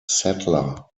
settler